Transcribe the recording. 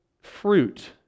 fruit